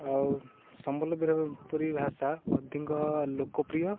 ଆଉ ଭାଷା ଅଧିକ ଲୋକପ୍ରିୟ